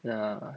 ya